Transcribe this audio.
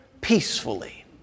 peacefully